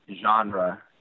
genre